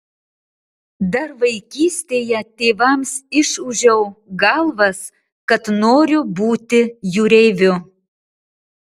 dar vaikystėje tėvams išūžiau galvas kad noriu būti jūreiviu